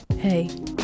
Hey